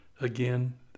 Again